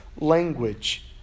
language